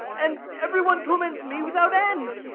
and every one torments me without end.